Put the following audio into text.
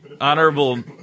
honorable